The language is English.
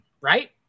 right